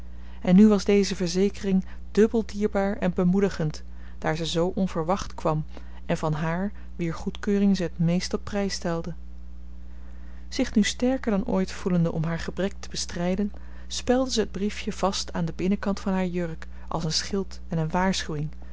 en nu was deze verzekering dubbel dierbaar en bemoedigend daar ze zoo onverwacht kwam en van haar wier goedkeuring ze het meest op prijs stelde zich nu sterker dan ooit voelende om haar gebrek te bestrijden spelde ze het briefje vast aan den binnenkant van haar jurk als een schild en een waarschuwing